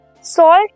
Salt